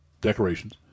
decorations